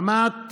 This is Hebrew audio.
רמת